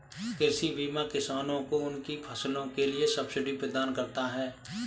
कृषि बीमा किसानों को उनकी फसलों के लिए सब्सिडी प्रदान करता है